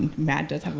mad does,